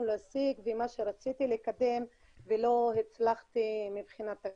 להשיג ומה שרציתי לקדם ולא הצלחתי מבחינה תקציבית.